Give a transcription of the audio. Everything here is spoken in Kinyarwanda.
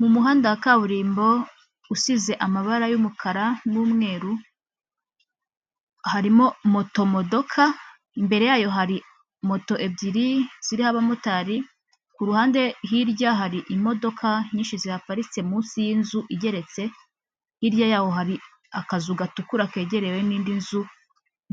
Mu muhanda wa kaburimbo usize amabara y'umukara n'umweru, harimo motomodokaka mbere yayo hari moto ebyiri ziriho abamotari, ku ruhande hirya hari imodoka nyinshi ziparitse munsi y'inzu igeretse, hirya yaho hari akazu gatukura kegerewe n'indi nzu